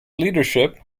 leadership